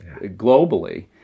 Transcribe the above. globally